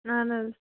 اَہَن حظ